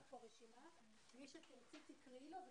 מי שתרצי תקראי לו,